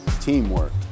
teamwork